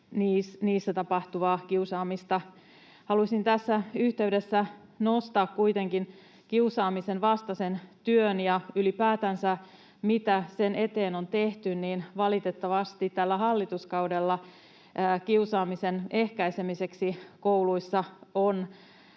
tapahtuvaa kiusaamista. Haluaisin tässä yhteydessä nostaa kuitenkin kiusaamisen vastaisen työn ja ylipäätänsä, mitä sen eteen on tehty: Valitettavasti tällä hallituskaudella kiusaamisen ehkäisemiseksi kouluissa ei